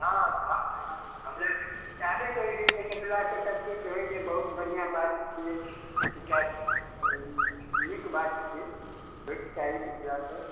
हँ हमरा सबके तऽ चाहबे करी जे मिथिलाके सब किछु होइ जे बहुत बढ़िआँ बात छियै नीक बात छियै होइके चाही मिथिलाके